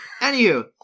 Anywho